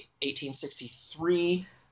1863